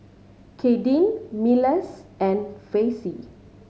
Kadyn Milas and Vassie